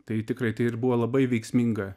tai tikrai tai ir buvo labai veiksminga